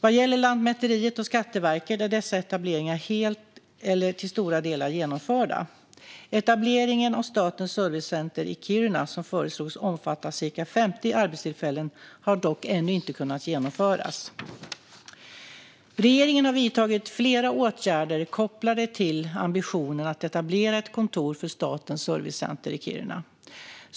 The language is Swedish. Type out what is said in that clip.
Vad gäller Lantmäteriet och Skatteverket är dessa etableringar helt eller till stora delar genomförda. Etableringen av Statens servicecenter i Kiruna, som föreslogs omfatta ca 50 arbetstillfällen, har dock ännu inte kunnat genomföras. Regeringen har vidtagit flera åtgärder kopplade till ambitionen att etablera ett kontor för Statens servicecenter i Kiruna.